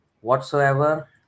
whatsoever